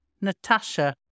Natasha